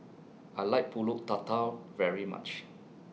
I like Pulut Tatal very much